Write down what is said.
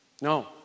No